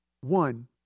one